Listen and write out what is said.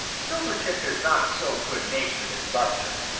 silvertip is not so good-natured as buster,